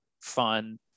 fun